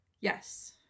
Yes